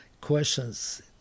questions